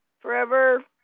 Forever